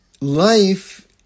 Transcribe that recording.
life